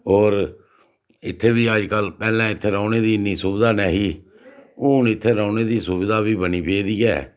होर इत्थै बी अज्जकल पैह्लें इत्थे रौह्ने दी इन्नी सुविधा नेही हून इत्थें रौह्ने दी सुविधा बी बनी पेदी ऐ